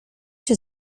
się